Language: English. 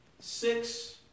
six